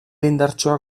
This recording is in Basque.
indartsuak